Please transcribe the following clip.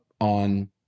on